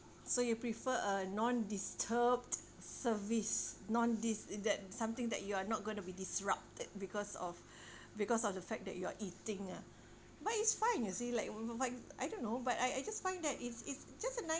so you prefer a non-disturbed service non dis~ that something that you are not going to be disrupted because of because of the fact that you are eating ah but it's fine you see like like I don't know but I I just find that it's it's just a nice